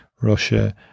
russia